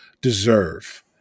deserve